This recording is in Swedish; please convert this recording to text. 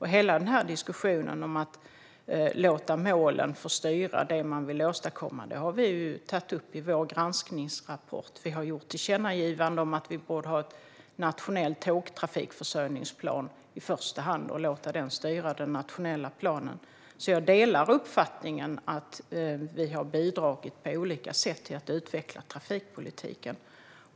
Hela diskussionen om att låta målen styra det man vill åstadkomma har vi tagit upp i vår granskningsrapport. Vi har gjort tillkännagivanden om att ha en nationell tågtrafikförsörjningsplan i första hand och låta den styra den nationella planen. Jag håller alltså med om att vi har bidragit på olika sätt när det gäller att utveckla trafikpolitiken.